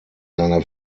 seiner